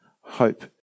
Hope